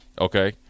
Okay